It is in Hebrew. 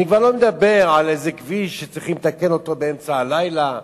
אני כבר לא מדבר על איזה כביש שצריך לתקן באמצע הלילה,